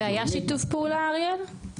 והיה שיתוף פעולה, אריאל?